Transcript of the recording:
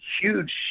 huge